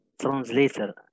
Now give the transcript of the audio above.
translator